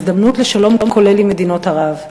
הזדמנות לשלום כולל עם מדינות ערב.